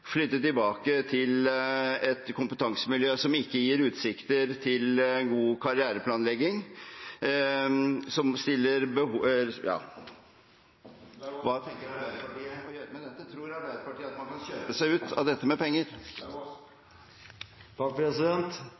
flytte tilbake til et kompetansemiljø som ikke gir utsikter til god karriereplanlegging. Hva tenker Arbeiderpartiet å gjøre med dette? Tror Arbeiderpartiet at man kan kjøpe seg ut av dette med penger?